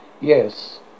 yes